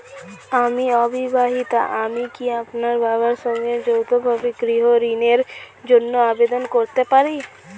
আমি অবিবাহিতা আমি কি আমার বাবার সঙ্গে যৌথভাবে গৃহ ঋণের জন্য আবেদন করতে পারি?